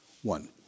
One